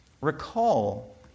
Recall